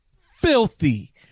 Filthy